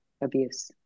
abuse